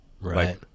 Right